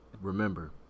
Remember